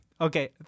okay